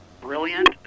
brilliant